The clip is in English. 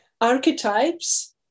archetypes